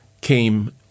came